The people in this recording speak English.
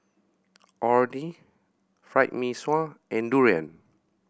Orh Nee Fried Mee Sua and durian